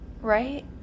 Right